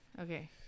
Okay